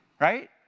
Right